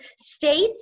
states